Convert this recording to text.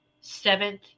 seventh